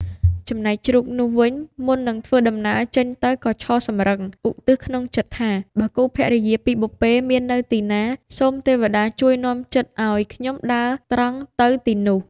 ចំណែកជ្រូកនោះវិញ មុននឹងធ្វើដំណើរចេញទៅក៏ឈរសម្រឹង ឧទ្ទិសក្នុងចិត្ដថា បើគូភរិយាពីបុព្វេមាននៅទីណា សូមទេវតាជួយនាំចិត្ដឱ្យខ្ញុំដើរត្រង់ទៅទីនោះ។